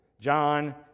John